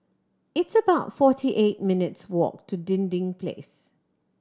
it's about forty eight minutes' walk to Dinding Place